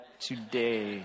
today